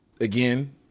again